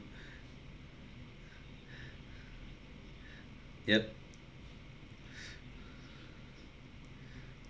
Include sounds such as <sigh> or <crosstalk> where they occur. <breath> yup <breath>